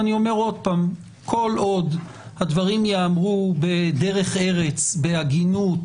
כל עוד הדברים יאמרו בדרך ארץ, הגינות